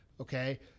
okay